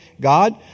God